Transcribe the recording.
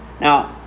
Now